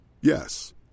Yes